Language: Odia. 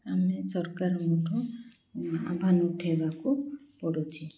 ଆମେ ସରକାରଙ୍କଠୁ ଆହ୍ୱାନ ଉଠେଇବାକୁ ପଡ଼ୁଛି